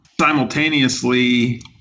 Simultaneously